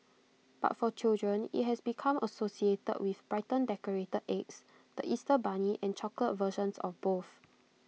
but for children IT has become associated with brightly decorated eggs the Easter bunny and chocolate versions of both